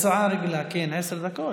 הצעה רגילה, עשר דקות.